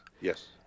yes